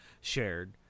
shared